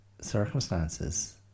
circumstances